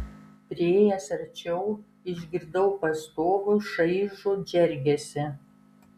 priėjęs arčiau išgirdau pastovų šaižų džeržgesį